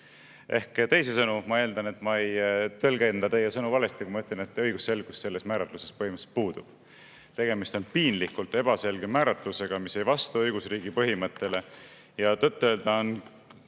Ehk teisisõnu ma eeldan, et ma ei tõlgenda teie sõnu valesti, kui ma ütlen, et õigusselgus selles määratluses põhimõtteliselt puudub. Tegemist on piinlikult ebaselge määratlusega, mis ei vasta õigusriigi põhimõttele. Ja tõtt-öelda on